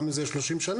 גם אם זה יהיה 30 שנה,